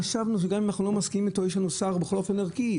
חשבנו שגם אם אנחנו לא מסכימים אתו יש לנו בכל אופן שר ערכי,